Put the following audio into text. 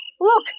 look